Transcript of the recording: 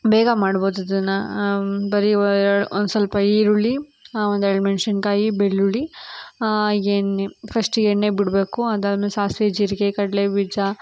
ಬೇಗ ಮಾಡ್ಬೋದು ಅದನ್ನು ಬರಿ ಒಂದು ಸ್ವಲ್ಪ ಈರುಳ್ಳಿ ಹಾಂ ಒಂದೆರಡು ಮೆಣಸಿನ್ಕಾಯಿ ಬೆಳ್ಳುಳ್ಳಿ ಎಣ್ಣೆ ಫಶ್ಟಿಗೆ ಎಣ್ಣೆ ಬಿಡಬೇಕು ಅದಾದ್ಮೇಲೆ ಸಾಸಿವೆ ಜೀರಿಗೆ ಕಡ್ಲೆಬೀಜ